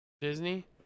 Disney